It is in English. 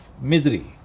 misery